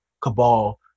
cabal